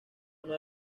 uno